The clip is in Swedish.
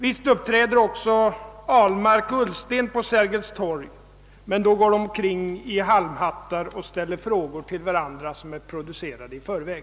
Visst uppträder också herr Ahlmark och herr Ullsten på Sergels torg — men de går omkring i halmhattar och ställer frågor till varandra som är producerade i förväg.